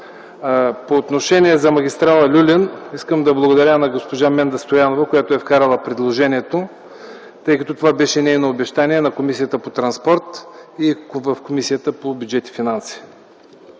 По отношение за магистрала „Люлин” искам да благодаря на госпожа Менда Стоянова, която е вкарала предложението на Комисията по транспорт в Комисията по бюджет и финанси,